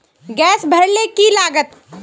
Gas भरले की लागत?